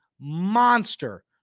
monster